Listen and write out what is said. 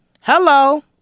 Hello